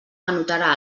anotarà